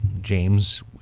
James